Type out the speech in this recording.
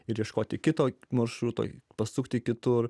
ir ieškoti kito maršruto pasukti kitur